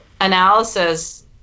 analysis